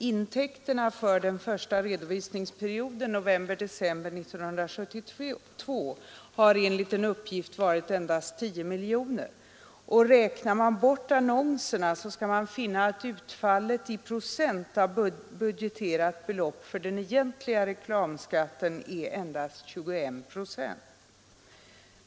Intäkterna för den första redovisningsperioden november— december 1972 har enligt uppgift varit endast 10 miljoner kronor. Räknar man bort annonserna skall man finna att utfallet i procent av budgeterat belopp för den egentliga reklamskatten är endast 21.